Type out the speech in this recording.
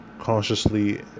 consciously